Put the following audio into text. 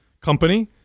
company